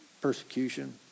persecution